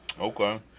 Okay